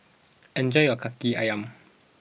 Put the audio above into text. enjoy your Kaki Ayam